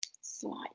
Slide